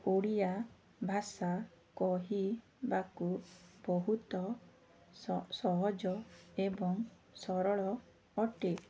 ଓଡ଼ିଆ ଭାଷା କହିବାକୁ ବହୁତ ସହଜ ଏବଂ ସରଳ ଅଟେ